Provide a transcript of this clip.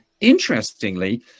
Interestingly